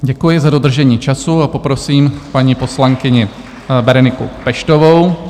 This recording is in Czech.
Děkuji za dodržení času a poprosím paní poslankyni Bereniku Peštovou.